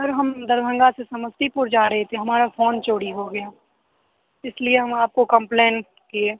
sir हम दरभंगा से समस्तीपुर जा रही थी हमारा फ़ोन चोरी हो गया इस लिए हम आपको कम्प्लैन किए